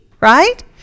right